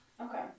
Okay